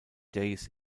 days